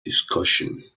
discussion